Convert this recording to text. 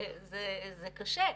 זה קשה,